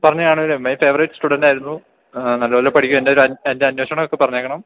പറഞ്ഞുകാണുമല്ലേ my favourite student ആയിരുന്നു നല്ലപോലെ പഠിക്കും എൻറെ അന്വേഷണമൊക്കെ പറഞ്ഞേക്കണം